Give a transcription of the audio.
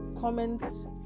comments